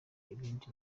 ibindi